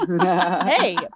Hey